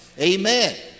Amen